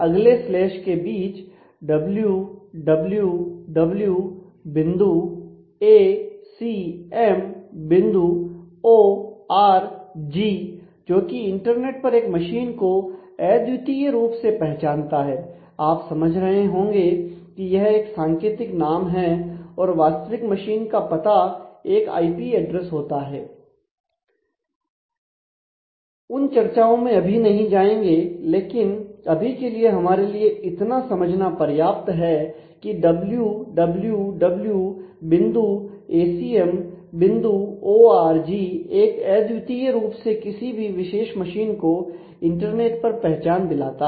उन चर्चाओं में अभी नहीं जाएंगे लेकिन अभी के लिए हमारे लिए इतना समझना पर्याप्त है की डब्लू डब्लू डब्लू बिंदु एसीएम बिंदु ओ आर जी एक अद्वितीय रूप से किसी भी विशेष मशीन को इंटरनेट पर पहचान दिलाता है